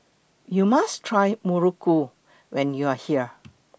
YOU must Try Muruku when YOU Are here